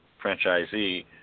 franchisee